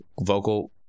vocal